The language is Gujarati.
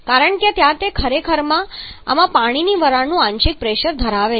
કારણ કે ત્યાં તે ખરેખર આમાં પાણીની વરાળનું આંશિક પ્રેશર ધરાવે છે